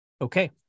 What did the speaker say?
okay